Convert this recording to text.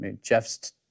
Jeff's